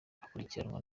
akurikirwa